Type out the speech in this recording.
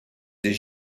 des